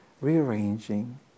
rearranging